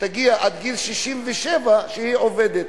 שתגיע עד גיל 67 שהיא עובדת?